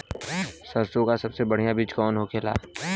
सरसों का सबसे बढ़ियां बीज कवन होखेला?